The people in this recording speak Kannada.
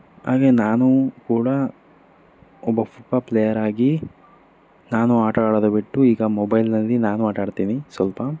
ಹಾಗೆ ನಾನೂ ಕೂಡ ಒಬ್ಬ ಫುಟ್ಬಾ ಪ್ಲೇಯರ್ ಆಗಿ ನಾನು ಆಟಾಡೋದು ಬಿಟ್ಟು ಈಗ ಮೊಬೈಲ್ನಲ್ಲಿ ನಾನೂ ಆಟಾಡ್ತೀನಿ ಸ್ವಲ್ಪ